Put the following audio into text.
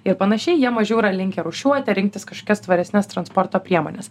ir panašiai jie mažiau yra linkę rūšiuoti rinktis kažkokias tvaresnes transporto priemones